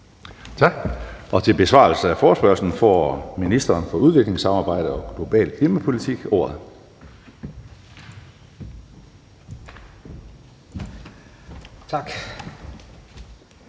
Tak. Til besvarelse af forespørgslen får ministeren for udviklingssamarbejde og global klimapolitik ordet. Kl.